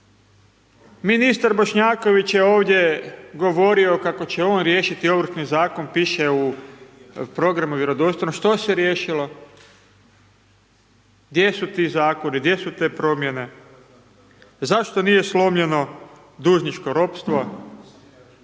ministar Bošnjaković je ovdje govorio kako će on riješiti Ovršni zakon, piše u programu Vjerodostojno, što se riješilo? Gdje su ti zakoni, gdje su te promjene? Zašto nije slomljeno dužničko ropstvo?